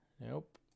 Nope